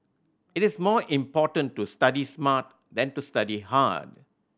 it is more important to study smart than to study hard